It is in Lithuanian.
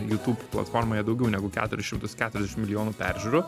youtube platformoje daugiau negu keturis šimtus keturiasdešim milijonų peržiūrų